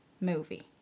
movie